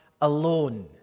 alone